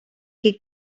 qui